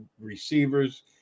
receivers